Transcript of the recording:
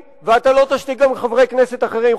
אתה לא תשתיק אותי ואתה גם לא תשתיק חברי כנסת אחרים,